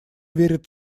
верит